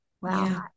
Wow